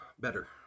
better